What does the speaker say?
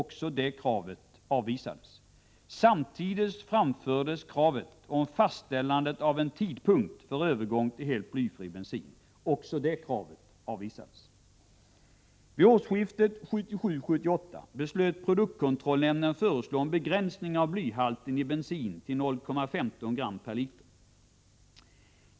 Också det kravet avvisades. Samtidigt framfördes krav på fastställande av en tidpunkt för övergång till helt blyfri bensin, och även detta förslag avslogs. Vid årsskiftet 1977-1978 beslöt produktkontrollnämnden föreslå en begränsning av blyhalten i bensin till 0,15 gram per liter.